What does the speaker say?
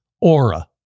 Aura